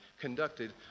Conducted